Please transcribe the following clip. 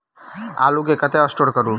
आलु केँ कतह स्टोर करू?